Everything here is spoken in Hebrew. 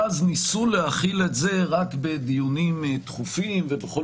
ואז ניסו להחיל את זה רק בדיונים דחופים ובכל